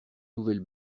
nouvelle